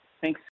Thanks